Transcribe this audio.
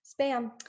spam